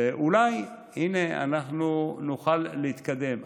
ואולי, הינה, אנחנו נוכל להתקדם.